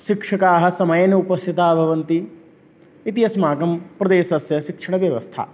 शिक्षकाः समयेन उपस्थिताः भवन्ति इति अस्माकं प्रदेशस्य शिक्षणव्यवस्था